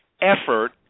effort